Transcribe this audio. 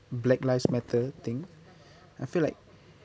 black lives matter thing I feel like